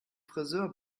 frisör